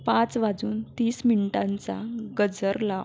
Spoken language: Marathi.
पाच वाजून तीस मिनटांचा गजर लाव